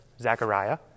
Zechariah